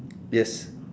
yes